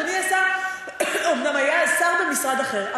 אדוני השר אומנם היה שר במשרד אחר,